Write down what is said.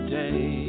day